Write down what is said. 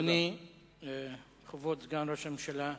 אדוני כבוד סגן ראש הממשלה,